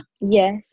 Yes